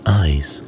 eyes